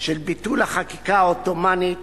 של ביטול החקיקה העות'מאנית